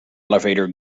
elevator